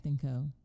Co